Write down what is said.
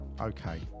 Okay